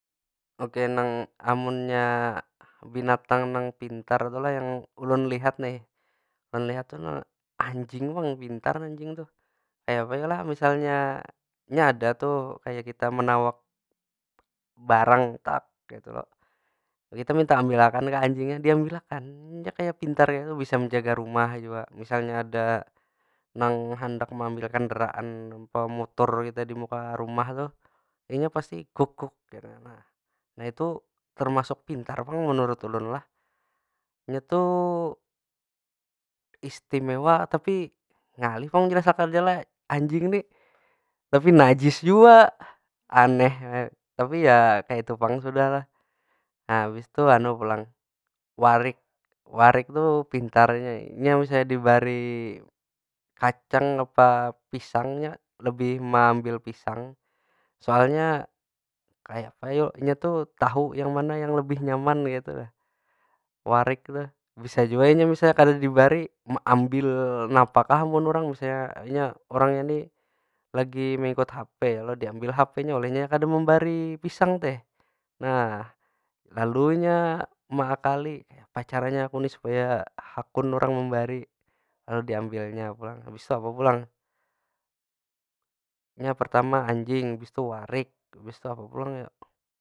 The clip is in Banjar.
Oke nang, amunnya binatang nang pintar tu lah yang ulun lihat nih, ulun lihat tu na anjing pang paling pintar anjing tu. Kaya apa yo lah misalnya, nya ada tuh kaya kita menawak barang, kaytu lo. Kita minta ambil akan ka anjingnya, diambil akan. Nya kaya pintar kaytu, bisa menjaga rumah jua. Misalnya ada nang handak meambil kandaraan atau motor kita di muka rumah tuh, inya pasti kaytu nah. Nah itu termasuk pintar pang menurut ulun lah. Inya tu, istimewa tapi ngalih pang menjelasakannya lah. Anjing nih, tapi najis jua, aneh nya. Tapi ya kaytu pang sudah lah. Nah habis tu pulang, warik. Warik tu pintar nya. Inya misalnya dibari kacang apa pisang, nya lebih meambil pisang. Soalnya, kaya apa yo? Inya tu tahu yang mana yang lebih nyaman kaytu nah, warik tu. Bisa jua inya misalnya kada dibari meambil napa kah mun urang. Misalnya inya urangnya nih lagi meingkut hape lo, diambil hapenya. Oleh nya kada membari pisang teh. Nah lalu inya meakali kayapa caranya aku ni supaya hakun urang membari. Lalu diambilnya pulang. Habis tu apa pulang? Nya pertama anjing habis tu warik, habis tu apa pulang yo?